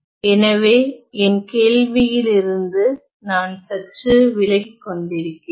எனவே என் கேள்வியிலிருந்து நான் சற்று விலகிக்கொண்டிருக்கிறேன்